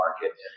market